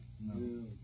No